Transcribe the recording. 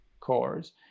cores